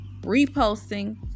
reposting